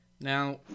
Now